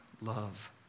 love